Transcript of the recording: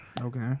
Okay